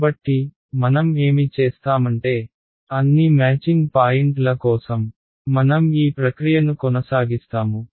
కాబట్టి మనం ఏమి చేస్తామంటే అన్ని మ్యాచింగ్ పాయింట్ల కోసం మనం ఈ ప్రక్రియను కొనసాగిస్తాము